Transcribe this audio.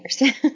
years